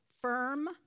firm